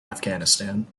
afghanistan